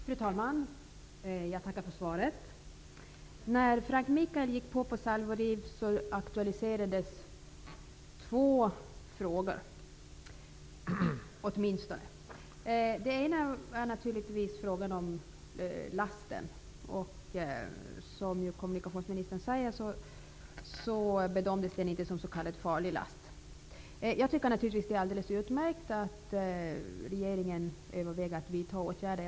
Fru talman! Jag tackar för svaret. När Frank Michael gick på grund vid Salvorev aktualiserades åtminstone två frågor. Den ena gäller naturligtvis lasten. Som kommunikationsministern sade bedömdes den inte som farlig. Jag tycker naturligtvis att det är alldeles utmärkt att regeringen överväger att vidta åtgärder.